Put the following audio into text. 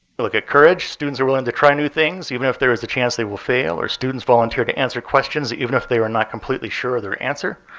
look at courage students are willing to try new things, even if there is a chance they will fail. or students volunteer to answer questions even if they are not completely sure of their answer.